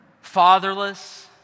fatherless